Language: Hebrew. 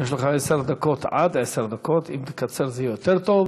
יש לך עד עשר דקות, אם תקצר זה יהיה יותר טוב.